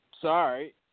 sorry